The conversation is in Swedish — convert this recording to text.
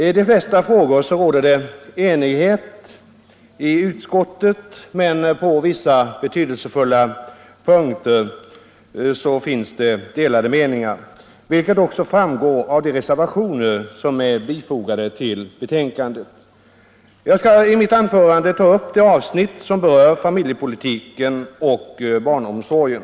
I de flesta frågor råder det enighet i utskottet, men på vissa betydelsefulla punkter finns det delade meningar, vilket också framgår av de reservationer som är fogade till betänkandet. Jag skall i mitt anförande ta upp det avsnitt som berör familjepolitiken och barnomsorgen.